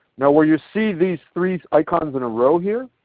now, where you see these three icons in a row here,